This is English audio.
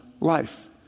life